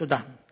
תודה.